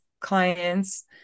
clients